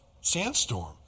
sandstorm